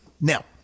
Now